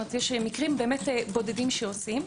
יש מקרים בודדים שעושים.